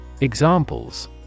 Examples